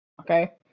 Okay